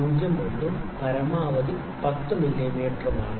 01 ഉം പരമാവധി 10 മില്ലീമീറ്ററുമാണ്